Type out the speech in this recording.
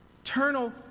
Eternal